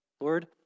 Lord